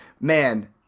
man